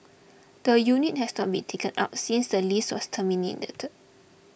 the unit has not been taken up since the lease was terminated